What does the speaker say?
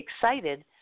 excited